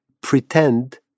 pretend